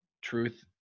truth